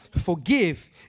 Forgive